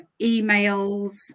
emails